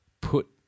put